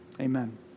Amen